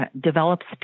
develops